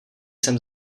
jsem